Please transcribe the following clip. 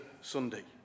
Sunday